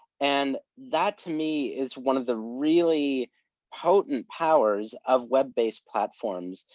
and that, to me, is one of the really potent powers of web-based platforms,